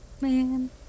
Man